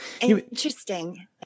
Interesting